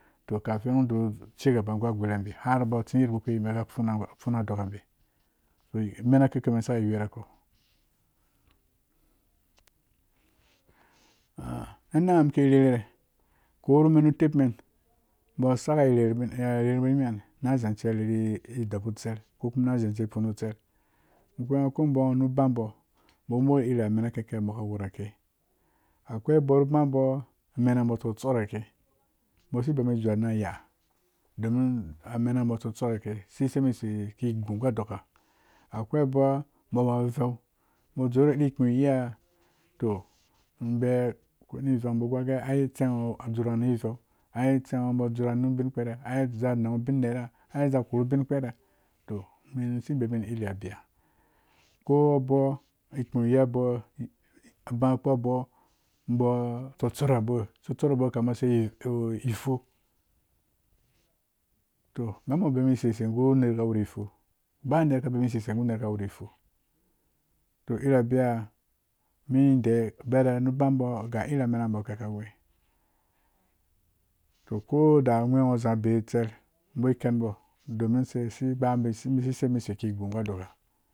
To kafin ngho dɔrhu chigaba gu gwerhabi har ba tsi yadda kpukpi bika funa dokambi to ame kike menki saki werukpo na nangha mum ki rherhere ko rimi nu tepmen bo saka rherhubo ri mihane nu zance dobu tser ko na zance funo tser ngho gwengho ko bo nghamo nu babo bo wubo nu uri mena kikebo wurake akwai abɔɔ ru babo mena bo tsatsarake bo si beiyibop dzur ana ya domin amena ba. tsotsorakesi seibo sei ki gũ ga doka akwai bɔ bowu aveu ba dzurɔɔ iri ikpiyiha tɔ be ba vange bo gorgee ai tsengho bo dzur ngha ni veu ai tsengho bo dzur ngha nu bin kpɛrɛ ai za nanghu bin nera a za korhu bin kpɛrɛ men si bem men iri biya ko abɔɔ ikpũ yi bɔɔ ba banghiko bɔɔ bo atsotsarabo tsotsarabo kama se ifuro to ngha mo bemi sisei gu nerwi ka muri fuw ba nera ka bemi sisei gu nerka wuri fu to iri biya mi dai bere nu bãbo ga irin menake kawe to koda gweengho za beyi tser bo kanbo domin se asi seibo ki yu gu doka